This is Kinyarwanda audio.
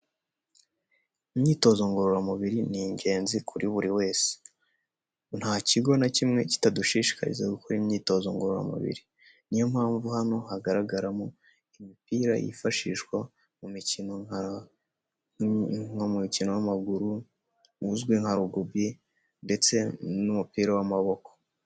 Imyitozo ngororamubiri ni ingenzi kuri buri wese, nta kigo na kimwe kitadushishikariza gukora imyitozo ngororamubiri, niyo mpamvu hano hagaragaramo imipira yifashishwa mu mikino nk'umukino w'amaguru uzwi nka rugubi ndetse n'umupira w'amaboko.